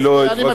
אני לא אתווכח.